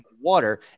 water